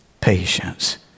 patience